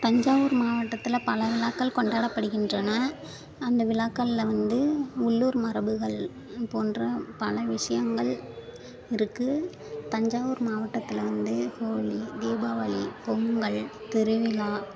தஞ்சாவூர் மாவட்டத்தில் பல விழாக்கள் கொண்டாடப்படுகின்றன அந்த விழாக்கள்ல வந்து உள்ளூர் மரபுகள் போன்ற பல விஷயங்கள் இருக்குது தஞ்சாவூர் மாவட்டத்தில் வந்து ஹோலி தீபாவளி பொங்கல் திருவிழா